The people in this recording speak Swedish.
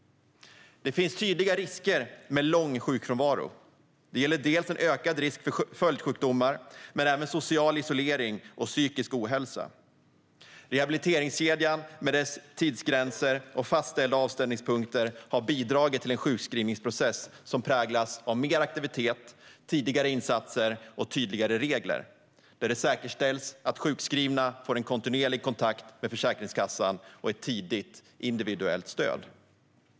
Det finns tydliga risker med lång sjukfrånvaro. Det gäller en ökad risk för dels följdsjukdomar, dels social isolering och psykisk ohälsa. Rehabiliteringskedjan med dess tidsgränser och fastställda avstämningspunkter har bidragit till en sjukskrivningsprocess som präglas av mer aktivitet, tidigare insatser och tydligare regler. Därmed säkerställs att sjukskrivna får en kontinuerlig kontakt med Försäkringskassan och ett tidigt individuellt stöd.